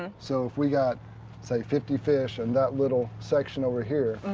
ah so if we got say, fifty fish in that little section over here,